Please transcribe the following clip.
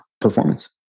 performance